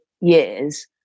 years